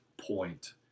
point